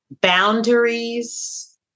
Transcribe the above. boundaries